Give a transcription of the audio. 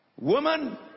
Woman